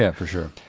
yeah for sure.